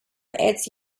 its